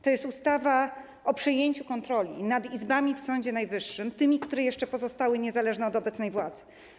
To jest ustawa o przejęciu kontroli nad izbami w Sądzie Najwyższym, tymi, które jeszcze pozostały niezależne od obecnej władzy.